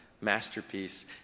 masterpiece